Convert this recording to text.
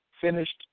finished